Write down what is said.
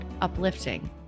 uplifting